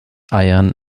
eiern